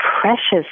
precious